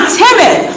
timid